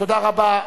תודה רבה.